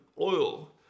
oil